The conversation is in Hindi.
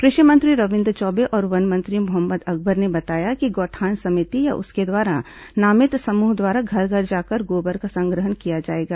कृषि मंत्री रविन्द्र चौबे और वन मंत्री मोहम्मद अकबर ने बताया कि गौठान समिति या उसके द्वारा नामित समूह द्वारा घर घर जाकर गोबर का संग्रहण किया जाएगा